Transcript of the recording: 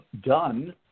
done